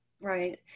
right